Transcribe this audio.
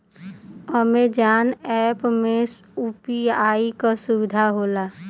Amazon app में UPI क सुविधा होला